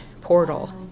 portal